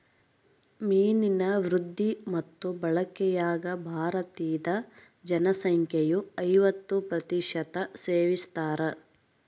ಮೀನಿನ ವೃದ್ಧಿ ಮತ್ತು ಬಳಕೆಯಾಗ ಭಾರತೀದ ಜನಸಂಖ್ಯೆಯು ಐವತ್ತು ಪ್ರತಿಶತ ಸೇವಿಸ್ತಾರ